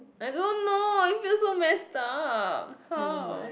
I don't know I feel so messed up how